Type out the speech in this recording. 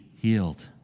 healed